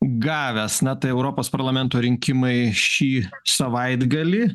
gavęs na tai europos parlamento rinkimai šį savaitgalį